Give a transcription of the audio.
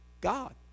God